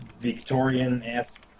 Victorian-esque